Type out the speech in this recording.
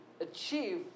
achieve